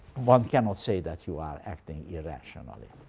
one cannot say that you are acting irrationally.